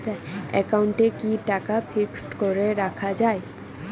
একাউন্টে কি টাকা ফিক্সড করে রাখা যায়?